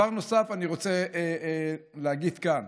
אני רוצה להגיד כאן